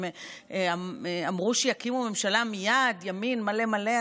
הם אמרו שיקימו ממשלה מייד, ימין מלא מלא.